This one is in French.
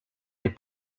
des